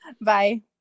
bye